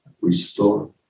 Restore